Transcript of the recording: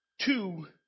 Two